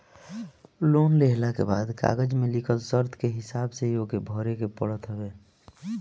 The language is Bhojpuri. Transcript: लोन लेहला के बाद कागज में लिखल शर्त के हिसाब से ही ओके भरे के पड़त हवे